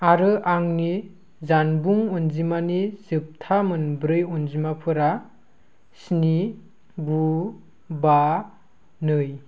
आरो आंनि जानबुं अनजिमानि जोबथा मोनब्रै अनजिमाफोरा स्नि गु बा नै